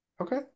Okay